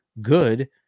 good